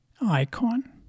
icon